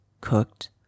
cooked